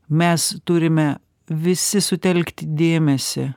mes turime visi sutelkti dėmesį